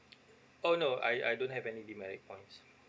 oh no I I don't have any demerit points